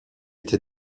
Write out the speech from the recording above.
été